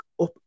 up